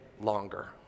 longer